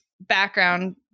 background